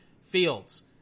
Fields